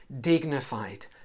dignified